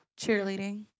Cheerleading